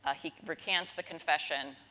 ah he recants the confession.